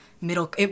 middle